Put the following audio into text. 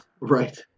Right